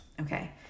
Okay